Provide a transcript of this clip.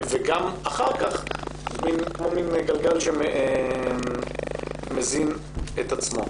וגם אחר כך כמו מין גלגל שמזין את עצמו.